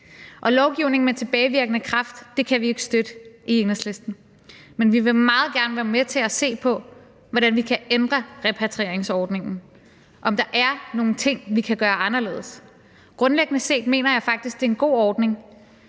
Lovgivning med tilbagevirkende kraft kan vi ikke støtte i Enhedslisten, men vi vil meget gerne være med til at se på, hvordan vi kan ændre repatrieringsordningen – om der er nogle ting, vi kan gøre anderledes. Grundlæggende set mener jeg faktisk, at det er en god ordning,